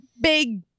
big